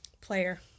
Player